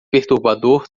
perturbador